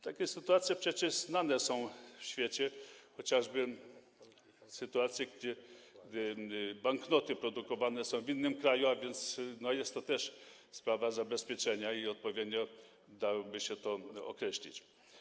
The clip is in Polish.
Takie sytuacje są przecież znane na świecie, chociażby takie sytuacje, w których banknoty produkowane są w innym kraju, a więc jest to też sprawa zabezpieczenia i odpowiednio dałoby się to określić.